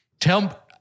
Tell